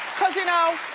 cause you know,